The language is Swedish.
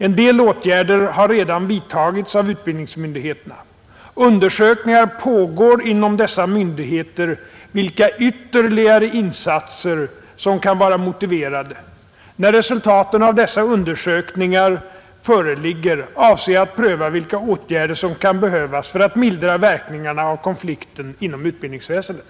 En del åtgärder har redan vidtagits av utbildningsmyndigheterna. Undersökningar pågår inom dessa myndigheter om vilka ytterligare insatser som kan vara motiverade. När resultaten av dessa undersökningar föreligger, avser jag att pröva vilka åtgärder som kan behövas för att mildra verkningarna av konflikten inom utbildningsväsendet.